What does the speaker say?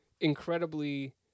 incredibly